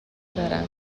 دارم